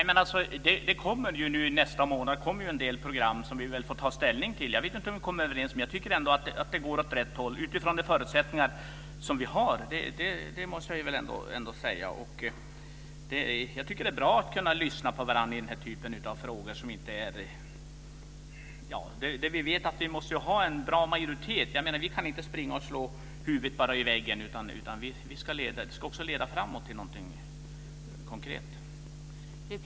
Fru talman! Nästa månad kommer det en del program som vi får ta ställning till. Jag vet inte om vi kommer överens, men jag tycker ändå att det går åt rätt håll utifrån de förutsättningar som vi har, det måste jag säga. Jag tycker det är bra om vi kan lyssna på varandra i den här typen av frågor. Det måste finnas en bred majoritet. Vi kan inte bara slå huvudet i väggen. Arbetet ska också leda fram till någonting konkret.